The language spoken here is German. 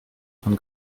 von